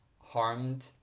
harmed